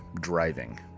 driving